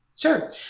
Sure